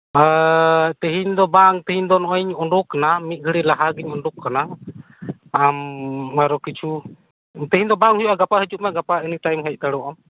ᱛᱮᱦᱮᱧ ᱫᱚ ᱵᱟᱝ ᱛᱮᱦᱮᱧ ᱫᱚ ᱱᱚᱜ ᱚᱭ ᱤᱧ ᱳᱰᱳᱠ ᱮᱱᱟ ᱢᱤᱫ ᱜᱷᱟᱹᱲᱤ ᱞᱟᱦᱟᱜᱤᱧ ᱳᱰᱳᱠ ᱮᱱᱟ ᱟᱢ ᱟᱨᱦᱚᱸ ᱠᱤᱪᱷᱩ ᱛᱮᱦᱮᱧ ᱫᱚ ᱵᱟᱝ ᱦᱳᱭᱳᱜᱼᱟ ᱜᱟᱯᱟ ᱦᱤᱡᱩᱜ ᱢᱮ ᱜᱟᱯᱟ ᱤᱱᱟᱹ ᱴᱟᱭᱤᱢ ᱦᱮᱡ ᱫᱟᱲᱮᱭᱟᱜ ᱟᱢ